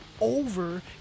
over